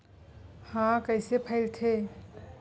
ह कइसे फैलथे?